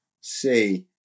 say